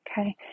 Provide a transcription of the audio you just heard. okay